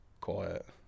quiet